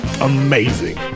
amazing